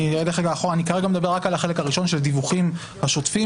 אני מדבר כרגע רק על החלק הראשון של הדיווחים השוטפים,